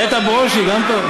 איתן ברושי גם טעות?